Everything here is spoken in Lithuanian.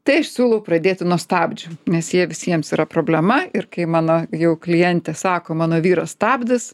tai aš siūlau pradėti nuo stabdžių nes jie visiems yra problema ir kai mano jau klientė sako mano vyras stabdis